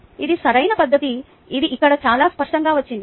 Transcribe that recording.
ఇది సరైన పద్ధతి ఇది ఇక్కడ చాలా స్పష్టంగా వచ్చింది